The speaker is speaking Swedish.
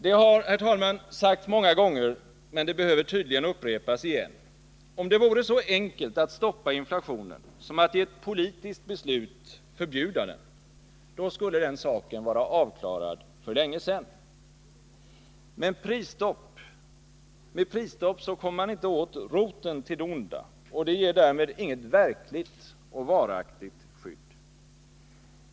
Det har sagts många gånger, men det behöver tydligen upprepas igen: om det vore så enkelt att stoppa inflationen som att i ett politiskt beslut förbjuda den, då skulle den saken vara avklarad för länge sedan. Men med prisstopp kommer man inte åt roten till det onda, och man ger därmed inget verkligt skydd.